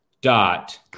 dot